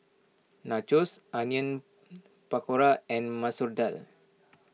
Nachos Onion Pakora and Masoor Dal